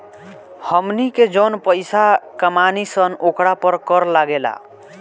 हमनी के जौन पइसा कमानी सन ओकरा पर कर लागेला